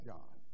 John